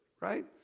right